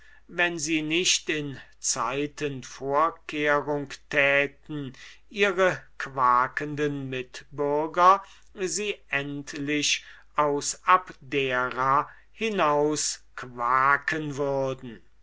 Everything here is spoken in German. wenn sie nicht in zeiten vorkehrung täten ihre quakenden mitbürger sie endlich aus abdera hinausquaken würden